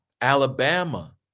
Alabama